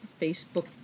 Facebook